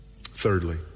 Thirdly